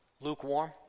lukewarm